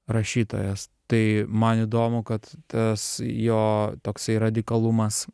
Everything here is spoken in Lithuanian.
rašytojas tai man įdomu kad tas jo toksai radikalumas